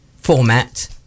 format